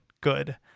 good